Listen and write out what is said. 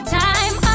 time